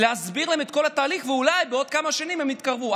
להסביר להם את כל התהליך ואולי בעוד כמה שנים הם יתקרבו.